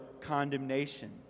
condemnation